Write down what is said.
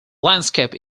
landscape